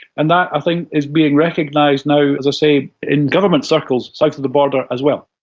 and that i think is being recognised now, as i say, in government circles south of the border as well.